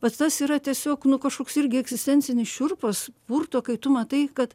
vat tas yra tiesiog nu kažkoks irgi egzistencinis šiurpas purto kai tu matai kad